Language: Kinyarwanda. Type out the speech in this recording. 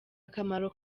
akamaro